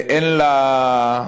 אין לה מחיר,